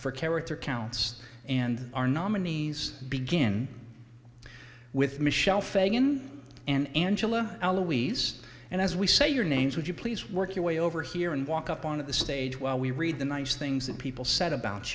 for character counts and our nominees begin with michelle fagan and angela eloise and as we say your names would you please work your way over here and walk up on the stage while we read the nice things that people said about